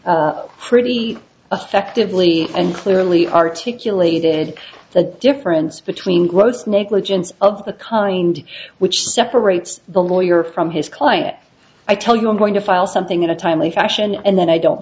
guidelines pretty affectively and clearly articulated the difference between gross negligence of the kind which separates the lawyer from his client i tell you i'm going to file something in a timely fashion and then i don't